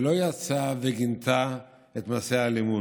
שלא יצאה וגינתה את מעשי האלימות,